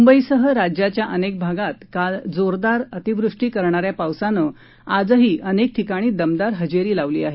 मुंबईसह राज्याच्या अनेक भागात काल जोरदार वृष्टी करणाऱ्या पावसानं आजही अनेक ठिकाणी दमदार हजेरी लावली आहे